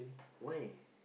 wait